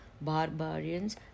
barbarians